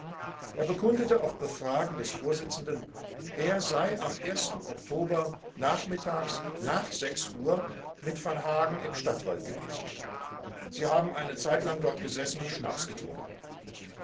er bekundete auf befragen des vorsitzenden er sei am oktober nachmittags nach uhr mit v hagen im stadtwald gewesen sie haben eine zeitlang dort gegessen und schnaps getrunken